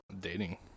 dating